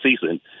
season